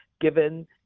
given